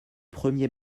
premier